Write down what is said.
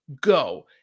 Go